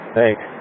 Thanks